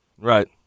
Right